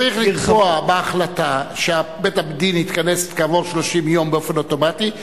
צריך לקבוע בהחלטה שבית-הדין יתכנס כעבור 30 יום באופן אוטומטי,